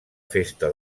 festa